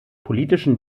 politischen